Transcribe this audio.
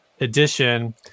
edition